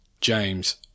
James